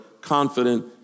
confident